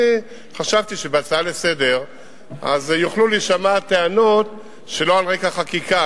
אני חשבתי שבהצעה לסדר-היום יוכלו להישמע טענות שלא על רקע חקיקה.